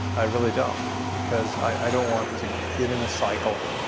i really don't because i don't want to get in a cycle.